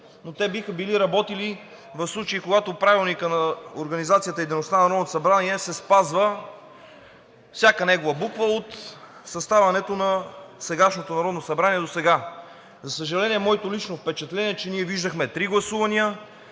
но те биха били работили в случай, когато Правилникът за организацията и дейността на Народното събрание се спазва – всяка негова буква, от съставянето на сегашното Народно събрание досега. За съжаление, моето лично впечатление е, че ние видяхме и три гласувания,